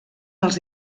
els